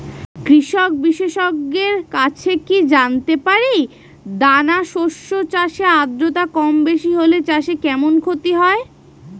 কৃষক বিশেষজ্ঞের কাছে কি জানতে পারি দানা শস্য চাষে আদ্রতা কমবেশি হলে চাষে কেমন ক্ষতি হয়?